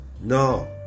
No